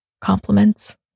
compliments